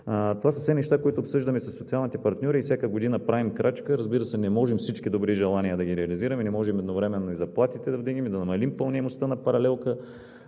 Това са все неща, които обсъждаме със социалните партньори и всяка година правим крачка. Разбира се, не можем всички добри желания да ги реализираме, не можем едновременно и заплатите да вдигнем, да намалим пълняемостта на паралелка